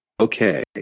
Okay